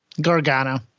Gargano